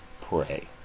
pray